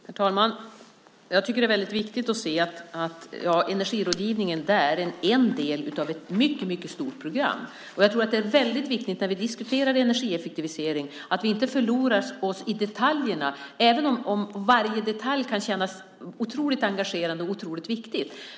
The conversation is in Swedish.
Herr talman! Jag tycker att det är väldigt viktigt att se att energirådgivningen är en del av ett mycket stort program. Och jag tror att det är väldigt viktigt när vi diskuterar energieffektivisering att vi inte förlorar oss i detaljerna, även om varje detalj kan kännas otroligt engagerande och otroligt viktig.